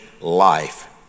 life